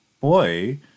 boy